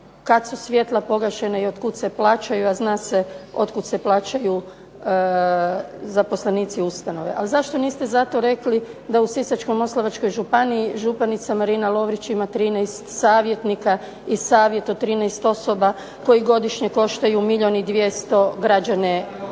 kad su svjetla pogašena i otkud se plaćaju, a zna se otkud se plaćaju zaposlenici ustanove. Ali zašto niste zato rekli da u Sisačko-moslavačkoj županiji županica Marina Lovrić ima 13 savjetnika i Savjet od 13 osoba koji godišnje koštaju milijun i 200 građane